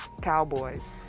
Cowboys